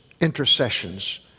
intercessions